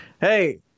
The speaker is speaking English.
Hey